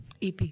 EP